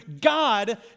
God